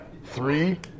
Three